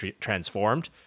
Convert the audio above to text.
transformed